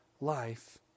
life